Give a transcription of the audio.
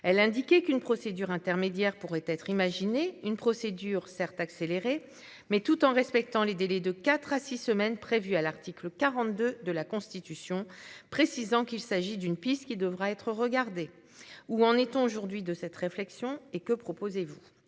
elle indiquait qu'une procédure intermédiaire pourrait être imaginé une procédure certes accéléré mais tout en respectant les délais de 4 à 6 semaines prévues à l'article 42 de la Constitution, précisant qu'il s'agit d'une piste qui devra être regardée. Où en est-on aujourd'hui de cette réflexion et, que proposez-vous.